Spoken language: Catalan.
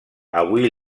avui